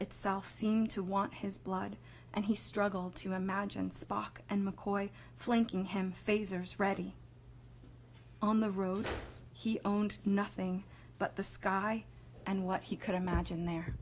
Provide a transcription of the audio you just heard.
itself seemed to want his blood and he struggled to imagine spock and mccoy flanking him phasers freddy on the road he owned nothing but the sky and what he could imagine the